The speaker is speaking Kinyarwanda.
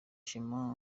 shema